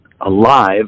alive